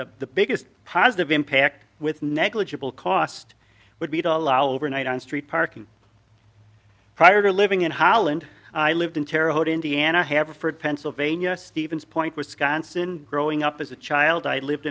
the biggest positive impact with negligible cost would be to allow overnight on street parking prior to living in holland i lived in terre haute indiana have referred pennsylvania stevens point wisconsin growing up as a child i lived